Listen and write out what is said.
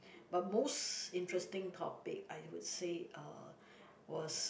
but most interesting topic I would say uh was